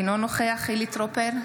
אינו נוכח חילי טרופר,